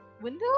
window